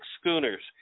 Schooners